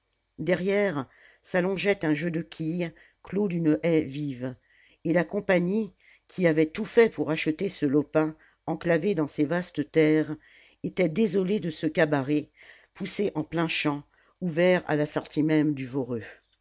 derrière s'allongeait un jeu de quilles clos d'une haie vive et la compagnie qui avait tout fait pour acheter ce lopin enclavé dans ses vastes terres était désolée de ce cabaret poussé en plein champ ouvert à la sortie même du voreux